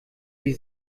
die